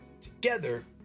Together